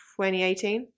2018